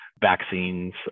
vaccines